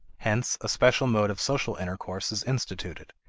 hence a special mode of social intercourse is instituted,